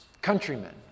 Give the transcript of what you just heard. Countrymen